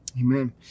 Amen